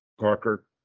Parker